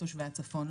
תושבי הצפון,